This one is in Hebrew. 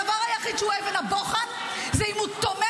הדבר היחיד שהוא אבן הבוחן זה אם הוא תומך